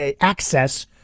access